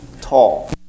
tall